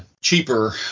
cheaper